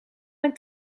mijn